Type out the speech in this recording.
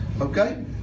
okay